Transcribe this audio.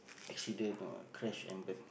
accident or crash and burn